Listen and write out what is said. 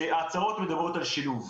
ההצעות מדברים על שילוב.